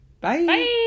Bye